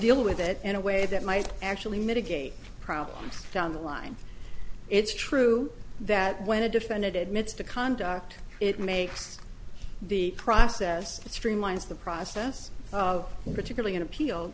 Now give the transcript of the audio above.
deal with it in a way that might actually mitigate problems down the line it's true that when a defendant admits to conduct it makes the process it streamlines the process of particularly an appeal